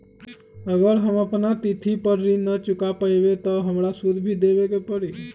अगर हम अपना तिथि पर ऋण न चुका पायेबे त हमरा सूद भी देबे के परि?